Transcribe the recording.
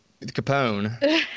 Capone